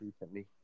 recently